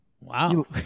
Wow